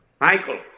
Michael